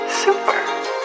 Super